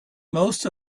most